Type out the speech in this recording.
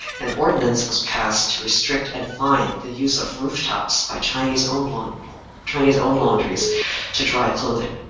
an ordinance was passed to restrict and fine the use of rooftops by chinese-owned laundries chinese-owned laundries to dry clothing.